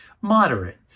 moderate